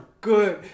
good